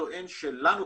טוען שלנו,